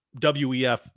wef